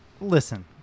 listen